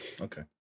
Okay